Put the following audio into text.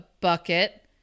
bucket